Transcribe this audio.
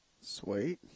Sweet